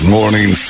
Morning